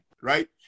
right